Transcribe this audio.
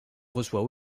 reçoit